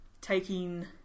taking